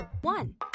one